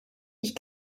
ich